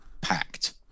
packed